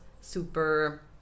super